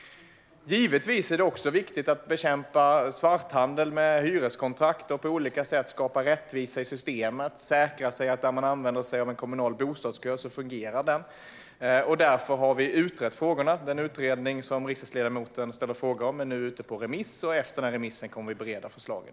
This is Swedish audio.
Givetvis är det också viktigt att bekämpa svarthandel med hyreskontrakt och på olika sätt skapa rättvisa i systemet och att säkra att en kommunal bostadskö fungerar när den används. Därför har vi utrett frågorna. Den utredning som riksdagsledamoten ställer en fråga om är nu ute på remiss, och efter remissrundan kommer vi att bereda förslagen.